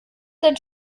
denn